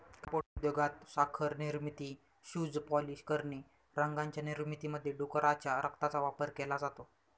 कापड उद्योगात, साखर निर्मिती, शूज पॉलिश करणे, रंगांच्या निर्मितीमध्ये डुकराच्या रक्ताचा वापर केला जातो